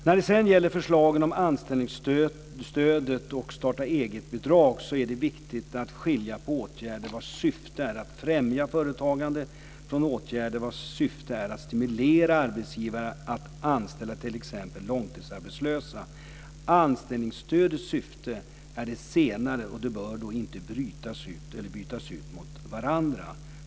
När det sedan gäller förslagen om anställningsstöd och starta-eget-bidrag är det viktigt att skilja åtgärder vars syfte är att främja företagande från åtgärder vars syfte är att stimulera arbetsgivare att anställa t.ex. långtidsarbetslösa. Anställningsstödets syfte är det senare. De bör inte bytas ut mot varandra.